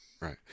Right